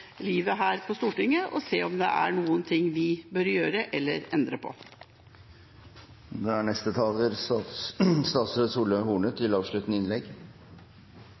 livet her på Stortinget og se om det er noe vi bør gjøre eller endre